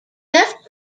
left